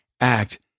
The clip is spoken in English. act